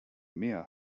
mehr